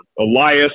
Elias